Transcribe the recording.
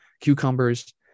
cucumbers